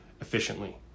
efficiently